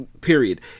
Period